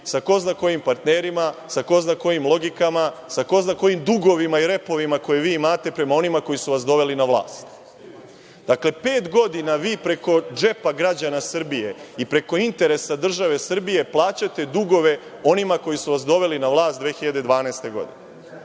sa ko zna kojim partnerima, sa ko zna kojim logikama, sa ko zna kojim dugovima i repovima koje vi imate prema onima koji su vas doveli na vlast. Dakle, pet godina vi preko džepa građana Srbije i preko interesa države Srbije plaćate dugove onima koji su vas doveli na vlast 2012. godine. Dakle,